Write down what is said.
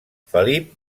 felip